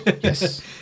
Yes